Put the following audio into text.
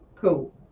Cool